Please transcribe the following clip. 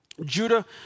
Judah